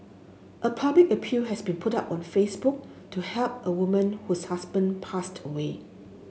a public appeal has been put up on Facebook to help a woman whose husband passed away